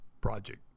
project